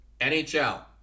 NHL